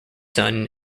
son